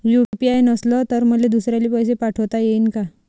UPI नसल तर मले दुसऱ्याले पैसे पाठोता येईन का?